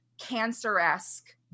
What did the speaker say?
Cancer-esque